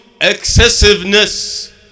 excessiveness